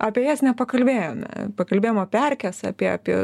apie jas nepakalbėjome pakalbėjom apie erkes apie apie